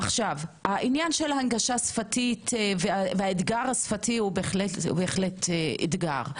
העניין של ההנגשה השפתית והאתגר השפתי הוא בהחלט אתגר.